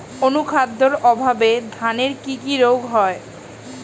অনুখাদ্যের অভাবে ধানের কি কি রোগ হয়?